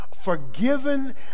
forgiven